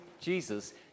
Jesus